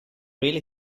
really